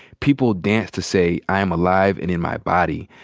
people dance to say i am alive and in my body.